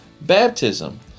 baptism